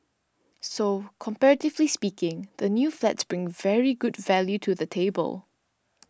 so comparatively speaking the new flats bring very good value to the table